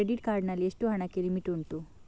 Credit card ನಲ್ಲಿ ಎಷ್ಟು ಹಣಕ್ಕೆ ಲಿಮಿಟ್ ಉಂಟು?